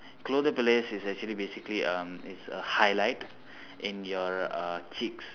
is actually basically um is a highlight in your uh cheeks